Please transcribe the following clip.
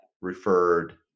referred